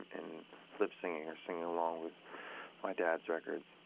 and lip singing, or singing along with my dad's records,